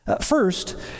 First